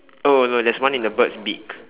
oh no there's one in the bird's beak